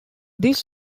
this